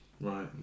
right